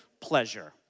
pleasure